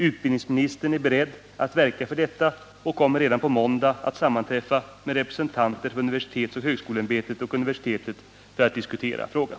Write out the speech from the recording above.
Utbildningsministern är beredd att verka för detta och kommer redan på måndag att sammanträffa med representanter för universitetsoch högskoleämbetet och universitetet för att diskutera frågan.